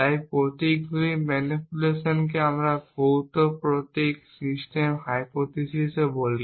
তাই প্রতীক গুলির ম্যানিপুলেশন কে আমরা ভৌত প্রতীক সিস্টেম হাইপোথিসিসও বলি